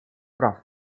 прав